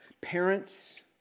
parents